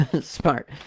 smart